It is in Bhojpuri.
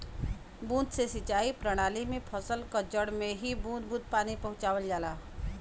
बूंद से सिंचाई प्रणाली में फसल क जड़ में ही बूंद बूंद पानी पहुंचावल जाला